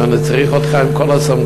אבל אני צריך אותך עם כל הסמכויות.